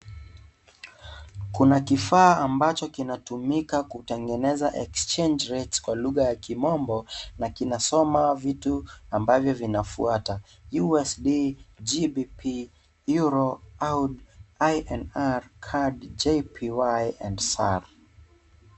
Kuna kifaa ambacho kinatumika kutengeneza exchange rates kwa lugha ya kimombo na kina soma vitu ambavyo vinafuata USD, GBBP, EURO, AUD, INR, CARD, GPY and SAR .